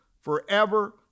forever